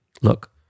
Look